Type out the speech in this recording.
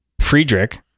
Friedrich